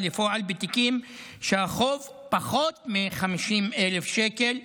לפועל בתיקים שהחוב בהם פחות מ-50,000 שקל,